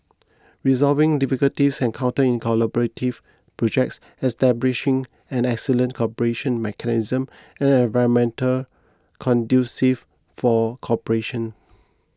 resolving difficulties encountered in collaborative projects establishing an excellent cooperation mechanism and an environment conducive for cooperation